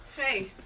Hey